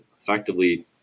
effectively